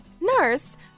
Nurse